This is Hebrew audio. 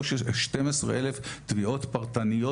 12 אלף תביעות פרטניות,